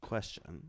Question